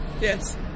Yes